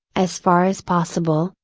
as far as possible,